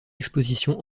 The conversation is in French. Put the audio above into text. exposition